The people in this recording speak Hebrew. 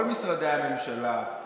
כל משרדי הממשלה,